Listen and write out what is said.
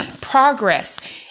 progress